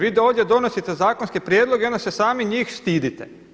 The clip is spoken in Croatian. Vi ovdje donosite zakonske prijedloge i onda se samih njih stidite.